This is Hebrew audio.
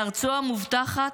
מארצו המובטחת,